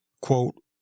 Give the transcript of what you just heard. quote